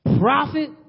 prophet